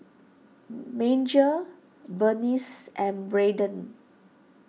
Major Berniece and Brayden